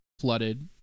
flooded